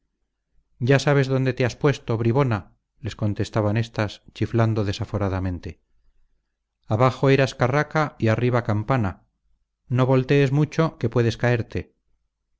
ya sabes dónde te has puesto bribona les contestaban éstas chiflando desaforadamente abajo eras carraca y arriba campana no voltees mucho que puedes caerte